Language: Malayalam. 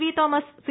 വിതോമസ് സി